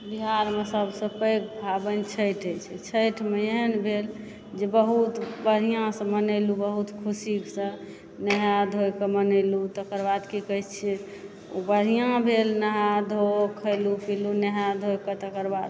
बिहारमे सबसँ पैघ पाबनि छठिअछि छठिमे एहन भेल जे बहुत बढ़िआँसंँ मनेलहुँ बहुत खुशीसंँ नहाए धोएके मनेलहुँ तकर बाद की कहए छिऐ बढ़िआँ भेल नहा धो खएलहुँ पीलहुँ नहाए धोए कऽ तेकर बाद